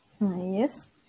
Yes